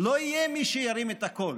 לא יהיה מי שירים את הקול.